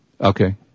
Okay